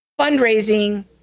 fundraising